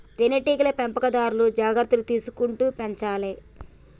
తేనె టీగల పెంపకందారు జాగ్రత్తలు తీసుకుంటూ పెంచాలే